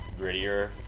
grittier